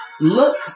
Look